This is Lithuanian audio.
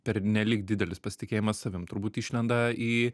pernelyg didelis pasitikėjimas savim turbūt išlenda į